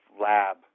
lab